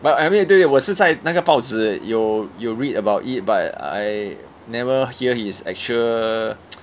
but I mean 对对我是在那个报纸有有 read about it but I never hear his actual